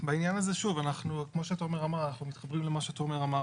בעניין הזה, שוב, כמו שאמר תומר רוזנר.